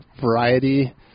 variety